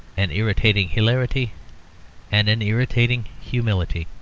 an irritating hilarity and an irritating humility.